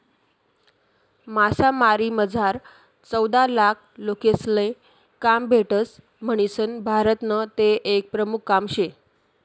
मासामारीमझार चौदालाख लोकेसले काम भेटस म्हणीसन भारतनं ते एक प्रमुख काम शे